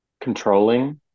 Controlling